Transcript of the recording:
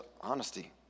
honesty